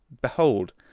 Behold